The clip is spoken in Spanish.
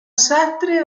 sastre